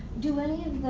do any